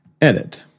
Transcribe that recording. Edit